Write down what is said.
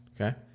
Okay